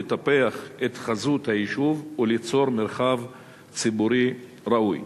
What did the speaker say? לטפח את חזות היישוב וליצור מרחב ציבורי ראוי.